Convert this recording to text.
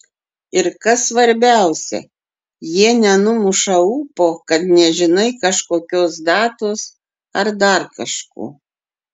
ir kas svarbiausia jie nenumuša ūpo kad nežinai kažkokios datos ar dar kažko